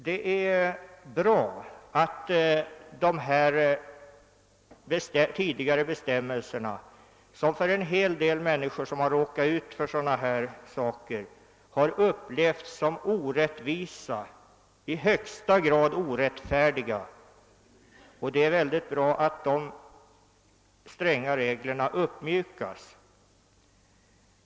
Det är bra att dessa stränga regler uppmjukats; en hel del människor som råkat ut för sådana här saker har upplevt dessa regler som orättvisa och i högsta grad orättfärdiga.